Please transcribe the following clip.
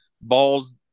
balls